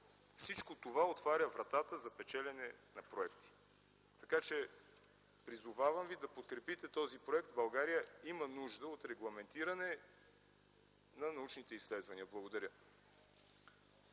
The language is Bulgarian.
Всичко това отваря вратата за печелене на проекти. Призовавам ви да подкрепите този проект. България има нужда от регламентиране на научните изследвания. Благодаря.